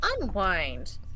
unwind